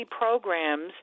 programs